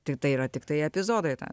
tiktai yra tiktai epizodai ten